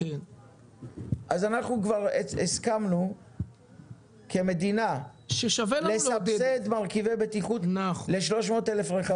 אז אנחנו כבר הסכמנו כמדינה לסבסד מרכיבי בטיחות ל-300,000 רכבים.